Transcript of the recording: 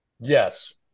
Yes